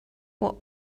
what